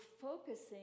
focusing